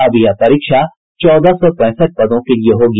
अब यह परीक्षा चौदह सौ पैंसठ पदों के लिए होगी